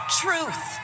truth